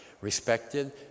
respected